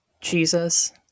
Jesus